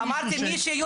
אני חושב שנציגי